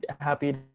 happy